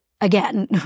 again